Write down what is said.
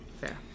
Fair